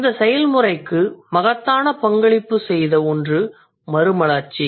இந்த செயல்முறைக்கு மகத்தான பங்களிப்பு செய்த ஒன்று மறுமலர்ச்சி